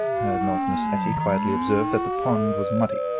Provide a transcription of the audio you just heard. had not miss etty quietly observed that the pond was muddy,